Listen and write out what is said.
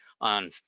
on